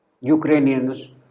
Ukrainians